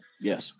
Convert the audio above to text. Yes